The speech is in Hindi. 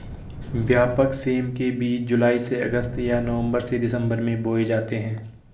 व्यापक सेम के बीज जुलाई से अगस्त या नवंबर से दिसंबर में बोए जाते हैं